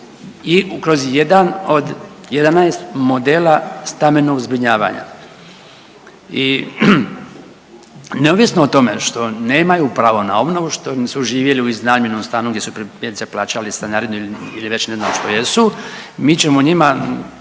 i kroz jedan od 11 modela stambenog zbrinjavanja. I neovisno o tome što nemaju pravo na obnovu, što su živjeli u iznajmljenom stanu gdje su primjerice plaćali stanarinu ili već ne znam što jesu mi ćemo njima